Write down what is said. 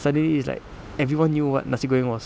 suddenly it's like everyone knew what nasi goreng was